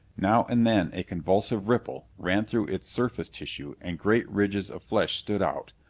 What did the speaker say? now and then a convulsive ripple ran through its surface tissue and great ridges of flesh stood out.